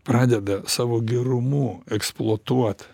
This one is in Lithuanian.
pradeda savo gerumu eksploatuot